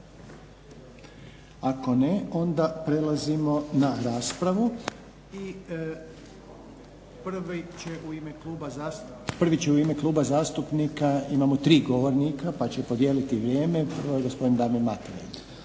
Ako ne onda prelazimo na raspravu i prvi će u ime kluba zastupnika, imamo tri govornika pa će podijeliti vrijeme prvo je gospodin Damir Mateljan.